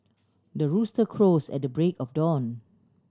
the rooster crows at the break of dawn